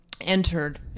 entered